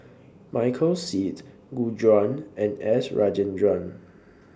Michael Seet Gu Juan and S Rajendran